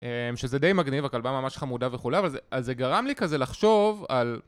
שזה די מגניב, הכלבה ממש חמודה וכולי, אבל זה גרם לי כזה לחשוב על...